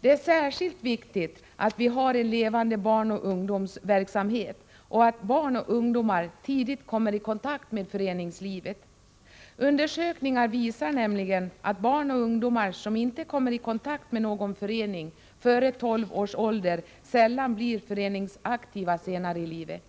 Det är särskilt viktigt att vi har levande barnoch ungdomsorganisationer och att barn och ungdomar tidigt kommer i kontakt med föreningslivet. Undersökningar visar nämligen att barn och ungdomar som inte kommer med i någon förening före tolv års ålder sällan blir föreningsaktiva senare i livet.